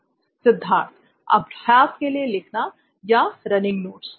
सिद्धार्थ अभ्यास के लिए लिखना या रनिंग नोट्स